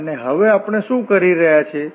અને હવે આપણે શું કરી રહ્યા છીએ